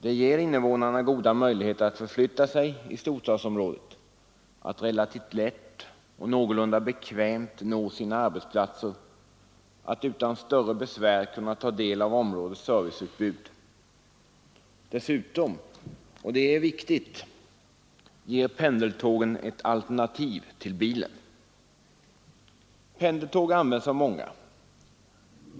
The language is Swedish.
De ger invånarna goda möjligheter att förflytta sig i storstadsområdet, att relativt lätt och någorlunda bekvämt nå sina arbetsplatser, att utan större besvär ta del av områdets serviceutbud. Dessutom — och det är viktigt — ger pendeltågen ett alternativ till bilen. Pendeltågen används alltså av många.